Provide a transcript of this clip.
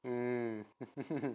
mm